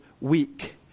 weak